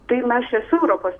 tai mes čia su europos